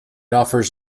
offers